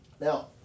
Now